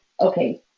okay